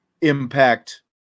impact